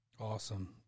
Awesome